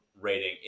rating